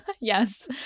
yes